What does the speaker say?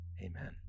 amen